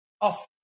off